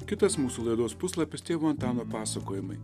kitas mūsų laidos puslapis tėvo antano pasakojimai